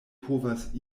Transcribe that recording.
povas